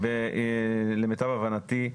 למיטב הבנתי,